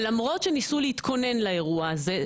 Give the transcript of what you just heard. ולמרות שניסו להתכונן לאירוע הזה,